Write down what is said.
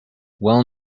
well